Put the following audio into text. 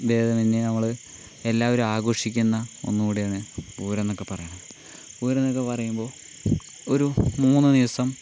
ഭേദമന്യേ നമ്മള് എല്ലാവരും ആഘോഷിക്കുന്ന ഒന്ന് കൂടെയാണ് പൂരം എന്നൊക്കെ പറയണത് പൂരമെന്നൊക്കെ പറയുമ്പോൾ ഒരു മൂന്ന് ദിവസം